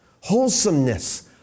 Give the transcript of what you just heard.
wholesomeness